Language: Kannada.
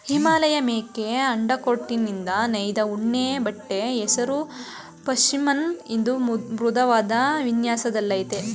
ಹಿಮಾಲಯಮೇಕೆ ಅಂಡರ್ಕೋಟ್ನಿಂದ ನೇಯ್ದ ಉಣ್ಣೆಬಟ್ಟೆ ಹೆಸರು ಪಷ್ಮಿನ ಇದು ಮೃದುವಾದ್ ವಿನ್ಯಾಸದಲ್ಲಯ್ತೆ